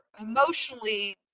emotionally